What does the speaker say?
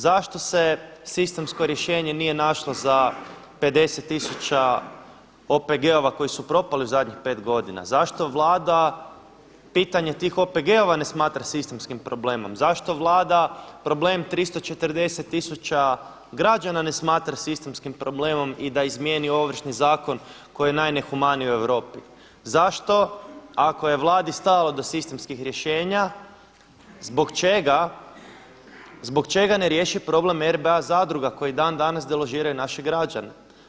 Zašto se sistemsko rješenje nije našlo za 50 tisuća OPG-ova koji su propali u zadnjih pet godina, zašto Vlada pitanje tih OPG-ova ne smatra sistemskim problemom, zašto Vlada problem 340 tisuća građana ne smatra sistemskim problemom i da izmijeni Ovršni zakon koji je najnehumaniji u Europi, zašto ako je Vladi stalo do sistemskih rješenja, zbog čega ne riješi problem RBA zadruga koji i dan danas deložiraju naše građane.